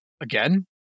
again